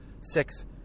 six